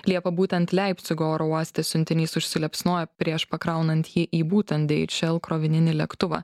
liepą būtent leipcigo oro uoste siuntinys užsiliepsnojo prieš pakraunant jį į būtent di eič el krovininį lėktuvą